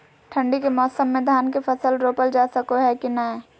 ठंडी के मौसम में धान के फसल रोपल जा सको है कि नय?